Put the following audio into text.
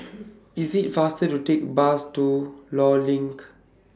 IT IS faster to Take The Bus to law LINK